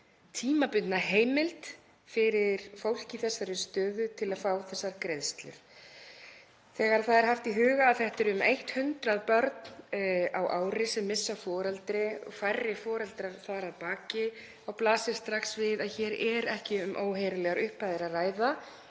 tímabundna heimild fyrir fólk í þessari stöðu til að fá þessar greiðslur. Þegar haft er í huga að það eru um 100 börn á ári sem missa foreldri, færri foreldrar þar að baki, þá blasir strax við að hér er ekki um óheyrilegar upphæðir að ræða